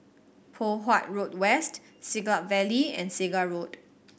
Poh Huat Road West Siglap Valley and Segar Road